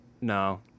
No